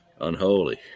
Unholy